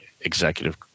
executive